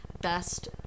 best